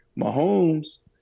Mahomes